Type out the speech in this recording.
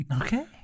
Okay